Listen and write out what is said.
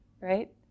right